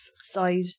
side